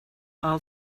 all